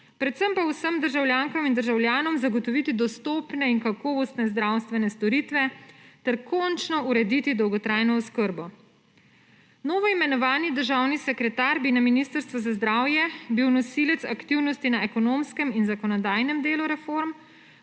predvsem pa vsem državljankam in državljanom zagotoviti dostopne in kakovostne zdravstvene storitve ter končno urediti dolgotrajno oskrbo. Novoimenovani državni sekretar bi na Ministrstvu za zdravje bil nosilec aktivnosti na ekonomskem in zakonodajnem delu reform